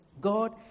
God